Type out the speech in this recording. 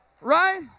right